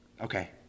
Okay